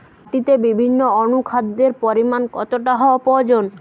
মাটিতে বিভিন্ন অনুখাদ্যের পরিমাণ কতটা হওয়া প্রয়োজন?